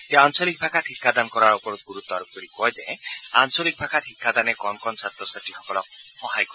তেওঁ আঞ্চলিক ভাষাত শিক্ষা দান কৰাৰ ওপৰত গুৰুত্ব আৰোপ কৰি কয় যে আঞ্চলিক ভাষাত শিক্ষাদানে কণ কণ ছাত্ৰ ছাত্ৰীসকলক সহায় কৰিব